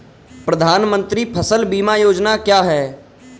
प्रधानमंत्री फसल बीमा योजना क्या है?